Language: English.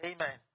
Amen